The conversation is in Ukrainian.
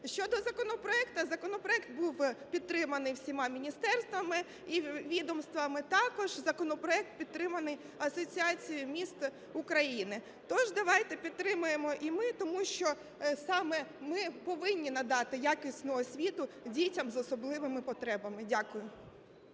Щодо законопроекту, законопроект був підтриманий всіма міністерствами і відомствами, також законопроект підтриманий Асоціацією міст України. Тож давайте підтримаємо і ми, тому що саме ми повинні надати якісну освіту дітям з особливими потребами. Дякую.